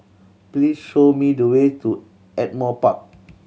please show me the way to Ardmore Park